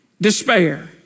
despair